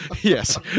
yes